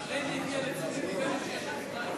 שרן הביאה לתשומת לבנו שיש הצבעה,